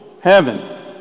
heaven